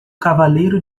cavaleiro